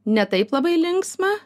ne taip labai linksmą